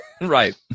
Right